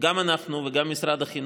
גם אנחנו וגם משרד החינוך,